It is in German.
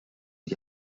die